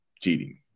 cheating